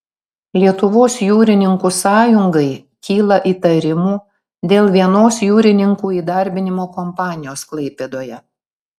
lietuvos jūrininkų sąjungai kyla įtarimų dėl vienos jūrininkų įdarbinimo kompanijos klaipėdoje